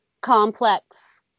complex